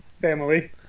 family